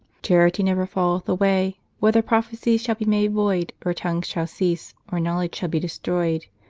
charity never falleth away whether prophecies shall be made void, or tongues shall cease, or knowledge shall be destroyed.